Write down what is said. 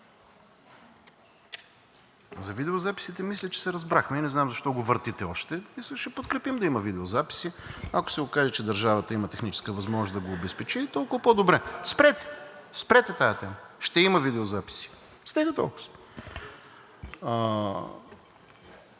За видеозаписите мисля, че се разбрахме и не знам защо го въртите още. В смисъл – ще подкрепим да има видеозаписи. Ако се окаже, че държавата има техническа възможност да го обезпечи, толкова по-добре. Спрете, спрете тази тема – ще има видеозаписи, стига толкова.